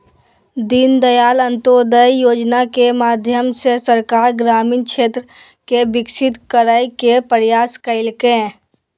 दीनदयाल अंत्योदय योजना के माध्यम से सरकार ग्रामीण क्षेत्र के विकसित करय के प्रयास कइलके